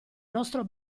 nostro